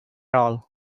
all